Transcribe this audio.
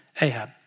Ahab